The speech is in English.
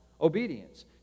obedience